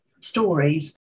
stories